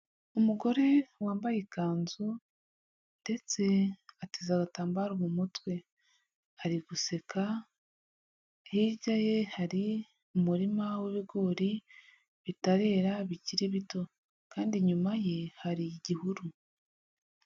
Umugore wambaye ikanzu ndetse ateze agatambaro mu mutwe, ari guseka hirya ye hari umurima w'ibigori bitarera bikiri bito, kandi inyuma ye hari igihuru.